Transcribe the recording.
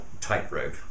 tightrope